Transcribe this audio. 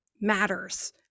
matters